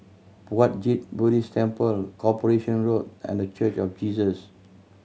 Puat Jit Buddhist Temple Corporation Road and The Church of Jesus